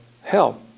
hell